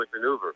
Maneuver